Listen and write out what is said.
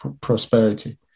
prosperity